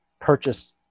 purchase